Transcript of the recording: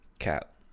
Cap